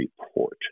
report